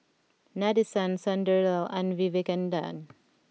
Nadesan Sunderlal and Vivekananda